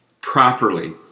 properly